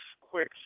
quick